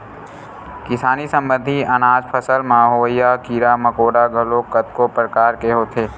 किसानी संबंधित अनाज फसल म होवइया कीरा मकोरा घलोक कतको परकार के होथे